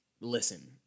listen